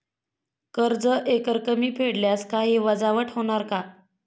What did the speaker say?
कर्ज एकरकमी फेडल्यास काही वजावट होणार का?